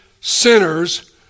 sinners